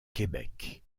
québec